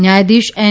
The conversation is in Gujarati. ન્યાયાધીશ એન